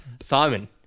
Simon